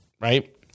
right